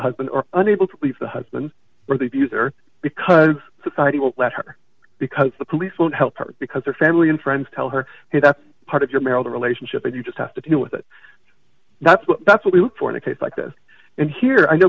husband or unable to leave the husband or the abuser because society will let her because the police won't help her because her family and friends tell her that's part of your marital relationship and you just have to deal with it that's what that's what we look for in a case like this and here i know